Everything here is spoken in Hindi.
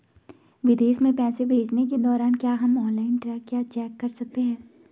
विदेश में पैसे भेजने के दौरान क्या हम ऑनलाइन ट्रैक या चेक कर सकते हैं?